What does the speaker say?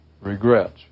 regrets